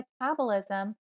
metabolism